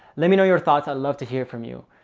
let me know your thoughts. i'd love to hear from you,